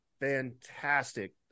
fantastic